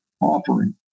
offering